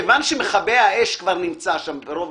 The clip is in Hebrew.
כיוון שמכבי האש כבר נמצא שם ברוב